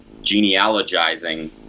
genealogizing